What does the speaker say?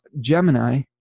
Gemini